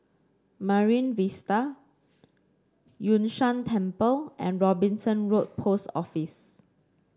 Marine Vista Yun Shan Temple and Robinson Road Post Office